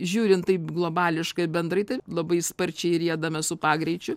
žiūrint taip globališkai bendrai tai labai sparčiai riedame su pagreičiu